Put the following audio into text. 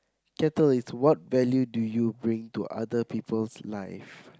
kettle is what value do you bring to other people's life